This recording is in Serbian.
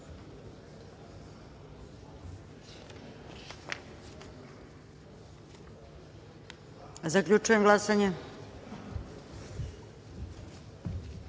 Zaključujem glasanje: